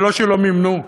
ולא שלא מימנו.